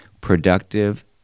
productive